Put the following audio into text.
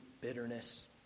bitterness